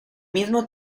mismo